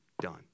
done